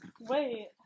Wait